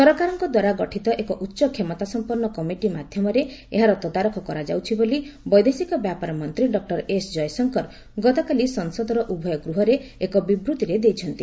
ସରକାରଙ୍କ ଦ୍ୱାରା ଗଠିତ ଏକ ଉଚ୍ଚକ୍ଷମତାସମ୍ପନ୍ନ କମିଟି ମାଧ୍ୟମରେ ଏହାର ତଦାରଖ କରାଯାଉଛି ବୋଲି ବୈଦେଶିକ ବ୍ୟାପାର ମନ୍ତ୍ରୀ ଡକ୍କର ଏସ୍ ଜୟଶଙ୍କର ଗତକାଲି ସଂସଦର ଉଭୟ ଗୃହରେ ଏକ ବିବୃଭି ଦେଇଛନ୍ତି